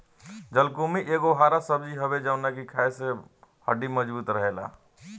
जलकुम्भी एगो हरा सब्जी हवे जवना के खाए से हड्डी मबजूत रहेला